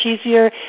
easier